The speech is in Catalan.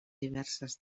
diverses